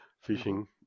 fishing